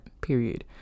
period